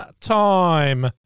time